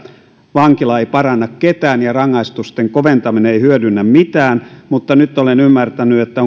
vankila ei paranna ketään ja rangaistusten koventaminen ei hyödynnä mitään mutta nyt olen ymmärtänyt että